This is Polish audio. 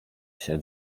się